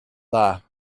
dda